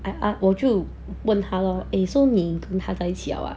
I ask 我就问她 eh so 你跟他在一起了 ah